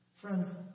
friends